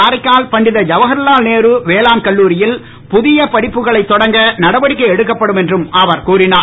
காரைக்கால் பண்டித ஜவஹர்லால் நேரு வேளாண் கல்லூரியில் புதிய படிப்புகளைத் தொடக்க நடவடிக்கை எடுக்கப்படும் என்றும் அவர் கூறினார்